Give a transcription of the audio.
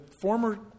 former